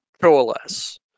coalesce